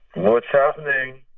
what's happening?